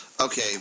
Okay